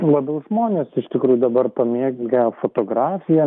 labiau žmonės iš tikrųjų dabar pamėgę fotografiją